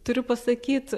turiu pasakyt